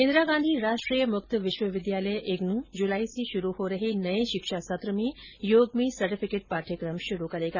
इंदिरा गांधी राष्ट्रीय मुक्त विश्वविद्यालय इग्नू जुलाई से शुरू हो रहे नए शिक्षा सत्र में योग में सर्टिफिकेट पाठ्यक्रम शुरु करेगा